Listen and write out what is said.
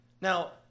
Now